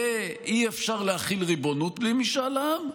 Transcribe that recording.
לא יהיה אפשר להחיל ריבונות בלי משאל עם,